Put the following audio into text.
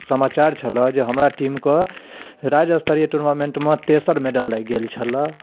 समाचार छलऽ जे हमरा टीम कऽ राजस्तरीय टुर्मामेन्टमे तेसर मेडल लागि गेल छलऽ